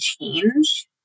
change